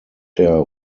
der